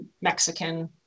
Mexican